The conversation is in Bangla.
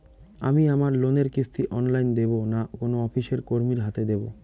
আমি আমার লোনের কিস্তি অনলাইন দেবো না কোনো অফিসের কর্মীর হাতে দেবো?